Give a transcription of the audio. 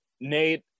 Nate